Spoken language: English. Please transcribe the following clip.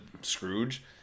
Scrooge